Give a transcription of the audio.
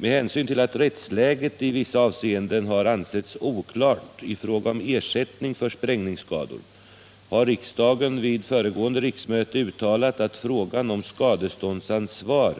Med hänsyn till att rättsläget i vissa avseenden har ansetts oklart i fråga om ersättning för sprängningsskador har riksdagen vid föregående riksmöte uttalat att frågan om skadeståndsansvar